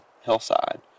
hillside